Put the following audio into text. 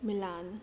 Milan